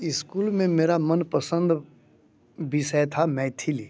school में मेरा मनपसंद विषय था मैथिली